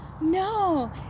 No